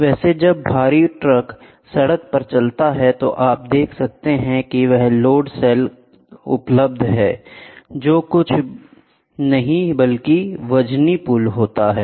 वैसे जब भारी ट्रक सड़क पर चलते हैं तो आप देख सकते हैं कि वहां लोड सेल उपलब्ध हैं जो कुछ नहीं बल्कि वजनी पुल हैं